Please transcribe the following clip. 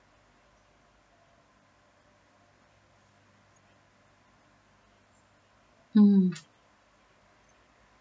mm